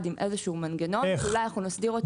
עם איזשהו מנגנון שאולי אנחנו נסדיר אותו.